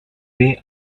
dir